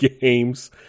games